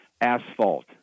Asphalt